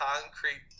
concrete